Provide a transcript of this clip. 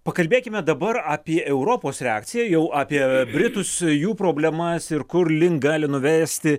pakalbėkime dabar apie europos reakciją jau apie britus jų problemas ir kurlink gali nuvesti